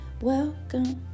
welcome